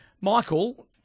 Michael